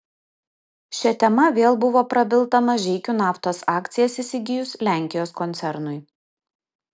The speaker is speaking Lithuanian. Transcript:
šia tema vėl buvo prabilta mažeikių naftos akcijas įsigijus lenkijos koncernui